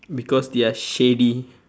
because they are shady